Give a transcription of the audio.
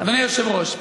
אדוני היושב-ראש,